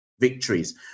victories